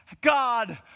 God